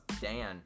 Dan